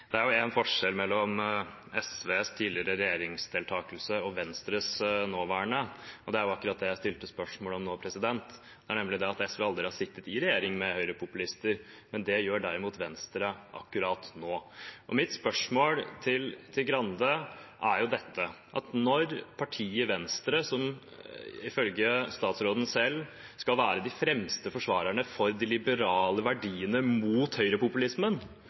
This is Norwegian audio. Det er jo én forskjell mellom SVs tidligere regjeringsdeltakelse og Venstres nåværende – det er akkurat det jeg stilte spørsmål om nå – det er nemlig det at SV aldri har sittet i regjering med høyrepopulister, men det gjør derimot Venstre akkurat nå. Mitt spørsmål til Skei Grande er: Når partiet Venstre, som ifølge statsråden selv skal være de fremste forsvarerne av de liberale verdiene mot høyrepopulismen,